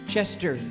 Chester